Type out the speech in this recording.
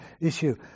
issue